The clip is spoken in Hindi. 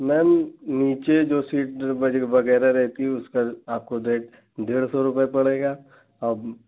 मैम नीचे जो सीट वग़ैरह रहती है उसका आपको डेढ़ सौ रुपये पड़ेगा अब